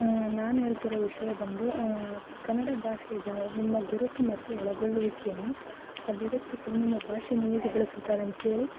ನಾನು ಹೇಳ್ತಿರೊ ವಿಷಯ ಬಂದು ಕನ್ನಡ ಭಾಷೆಯ ಜನರು ನಿಮ್ಮ ಗುರುತು ಮತ್ತು ಒಳಗೊಳ್ಳುವಿಕೆಯನ್ನು ಅಭಿವ್ಯಕ್ತಿಸಲು ನಿಮ್ಮ ಭಾಷೆನ್ನು ಹೇಗೆ ಬಳಸುತ್ತಾರೆ ಅಂತೇಳಿ